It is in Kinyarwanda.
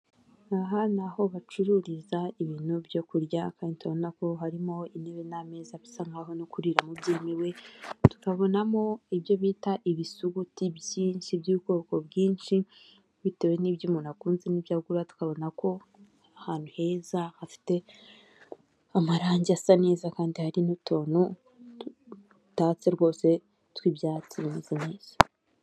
aha ni aho bacururiza ibintu byo kurya kandi turabona ko harimo intebe n'ameza bisa nkahoaho no kuriramo byemewe tukabonamo ibyo bita ibisuguti byinshi by'ubwoko bwinshi bitewe n'ibyo umuntu akunze n'ibyo agura tukabona ko ahantu heza hafite amarangi asa neza kandi hari n'utuntu dutatse rwose tw'ibyatsi bisaneza